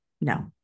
no